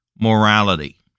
morality